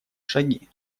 шаги